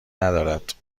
ندارد